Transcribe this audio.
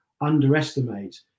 underestimate